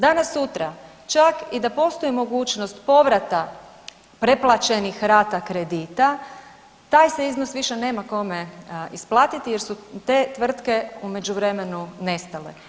Danas sutra čak i da postoji mogućnost povrata preplaćenih rata kredita taj se iznos više nema kome isplatiti jer su te tvrtke u međuvremenu nestale.